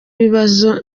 ibibazo